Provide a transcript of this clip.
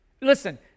Listen